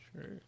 sure